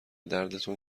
دردتون